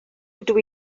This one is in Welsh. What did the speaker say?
ydw